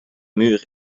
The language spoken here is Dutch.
muur